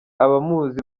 abamuzi